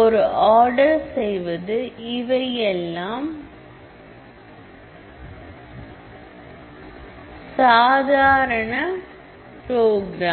ஒரு செய்வது இவையெல்லாம் சாதாரண ப்ரோக்ராம்